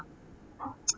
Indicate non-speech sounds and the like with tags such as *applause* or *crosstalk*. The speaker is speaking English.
*noise*